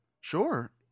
Sure